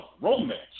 romance